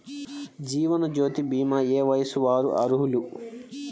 జీవనజ్యోతి భీమా ఏ వయస్సు వారు అర్హులు?